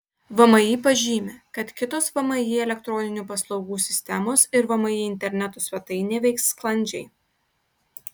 vmi pažymi kad kitos vmi elektroninių paslaugų sistemos ir vmi interneto svetainė veiks sklandžiai